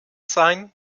sein